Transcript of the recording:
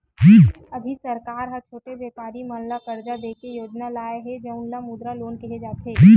अभी सरकार ह छोटे बेपारी मन ल करजा दे के योजना लाए हे जउन ल मुद्रा लोन केहे जाथे